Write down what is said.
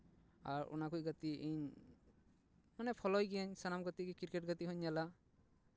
ᱟᱨ ᱚᱱᱟ ᱠᱚ ᱜᱟᱛᱮᱜ ᱤᱧ ᱢᱟᱱᱮ ᱯᱷᱳᱞᱳᱭ ᱜᱤᱭᱟᱹᱧ ᱥᱟᱱᱟᱢ ᱜᱟᱛᱮ ᱜᱮ ᱠᱨᱤᱠᱮᱴ ᱜᱟᱛᱮ ᱦᱚᱸᱧ ᱧᱮᱞᱟ